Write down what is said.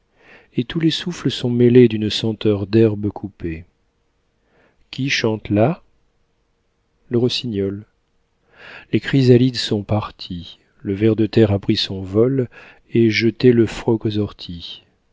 et tous les souffles sont mêlés d'une senteur d'herbe coupée qui chante là le rossignol les chrysalides sont parties le ver de terre a pris son vol et jeté le froc aux orties